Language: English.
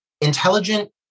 intelligent